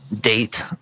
date